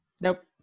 nope